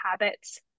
habits